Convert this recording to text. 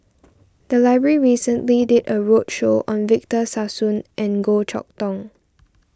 the library recently did a roadshow on Victor Sassoon and Goh Chok Tong